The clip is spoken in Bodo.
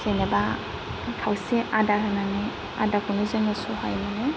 जेनेबा खावसे आधा होनानै आधाखौनो जोङो सहायनानै